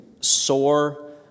sore